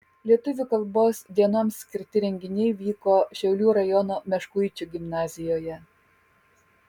lietuvių kalbos dienoms skirti renginiai vyko šiaulių rajono meškuičių gimnazijoje